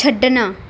ਛੱਡਣਾ